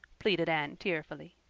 pleaded anne tearfully.